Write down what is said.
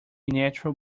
natural